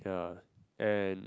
yeah and